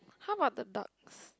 how about the ducks